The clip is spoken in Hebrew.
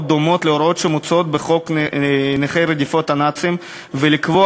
דומות להוראות שמוצעות בחוק נכי רדיפות הנאצים ולקבוע